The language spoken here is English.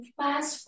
fast